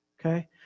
Okay